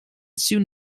soon